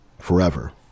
Forever